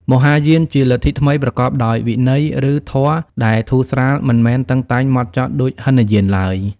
មហាយានជាលទ្ធិថ្មីប្រកបដោយវិន័យ ឬ ធម៌ដែលធូរស្រាល មិនមែន តឹងតែងហ្មត់ចត់ដូចហីនយានឡើយ។